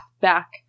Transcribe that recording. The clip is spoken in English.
back